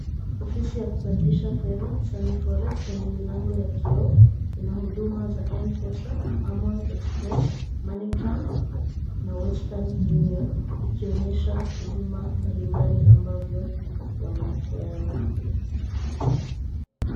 Ofisi ya kubadilisha fedha Sunny Forex yenye milango ya kioo inahuduma za Mpesa, Amul Express, MoneyGram na Western Union, ikionyesha huduma mbalimbali ambavyo wanapeana.